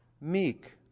meek